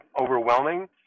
overwhelming